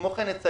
כמו כן נציין,